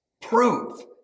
prove